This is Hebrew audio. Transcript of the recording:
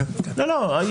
יש